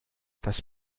das